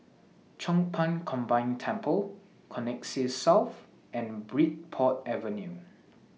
Chong Pang Combined Temple Connexis South and Bridport Avenue